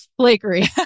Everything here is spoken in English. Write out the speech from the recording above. flakery